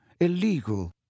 illegal